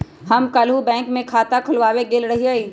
हम काल्हु बैंक में खता खोलबाबे गेल रहियइ